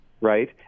right